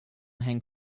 hang